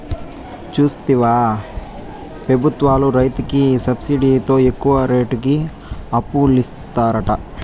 చూస్తివా పెబుత్వాలు రైతులకి సబ్సిడితో తక్కువ రేటుకి అప్పులిత్తారట